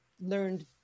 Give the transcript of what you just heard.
learned